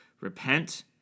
repent